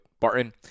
Barton